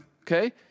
Okay